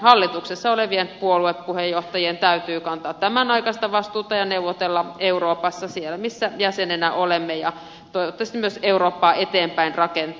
hallituksessa olevien puoluepuheenjohtajien täytyy kantaa tämänaikaista vastuuta ja neuvotella euroopassa siellä missä jäsenenä olemme ja toivottavasti myös eurooppaa eteenpäin rakentaa